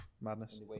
Madness